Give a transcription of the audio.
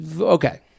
okay